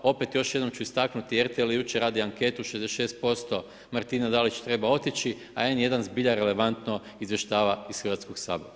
Opet još jednom ću istaknuti, RTL je jučer radio anketu 66% Martina Dalić treba otići, a N1 zbilja relevantno izvještava iz Hrvatskog sabora.